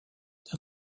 der